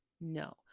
No